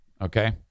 Okay